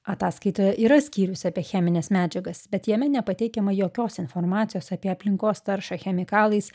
ataskaitoje yra skyrius apie chemines medžiagas bet jame nepateikiama jokios informacijos apie aplinkos taršą chemikalais